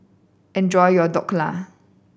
enjoy your Dhokla